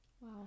Wow